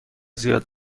زیاد